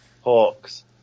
hawks